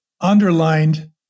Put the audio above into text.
underlined